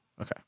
Okay